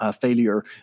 failure